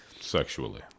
sexually